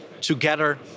together